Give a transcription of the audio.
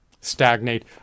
stagnate